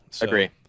Agree